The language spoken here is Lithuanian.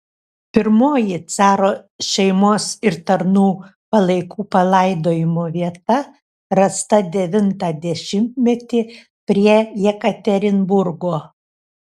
pirmoji caro šeimos ir tarnų palaikų palaidojimo vieta rasta devintą dešimtmetį prie jekaterinburgo